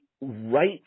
right